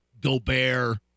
Gobert